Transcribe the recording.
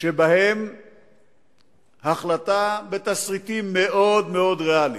שבהם ההחלטה, בתסריטים מאוד מאוד ריאליים,